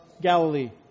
Galilee